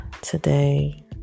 today